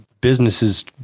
businesses